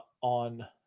on